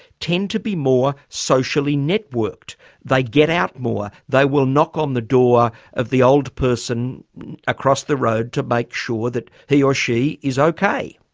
tend to be more socially networked they get out more, they will knock on the door of the old person across the road to make sure that he or she is okay.